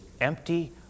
empty